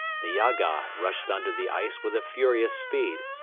the yaga rushed under the ice with a furious speed,